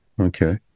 Okay